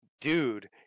Dude